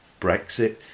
Brexit